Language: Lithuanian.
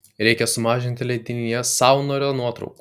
reikia sumažinti leidinyje saunorio nuotraukų